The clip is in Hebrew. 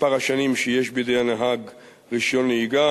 מספר השנים שיש בידי הנהג רשיון נהיגה,